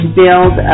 build